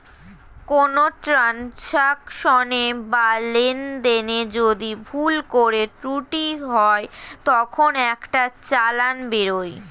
কোনো ট্রান্সাকশনে বা লেনদেনে যদি ভুল করে ত্রুটি হয় তখন একটা চালান বেরোয়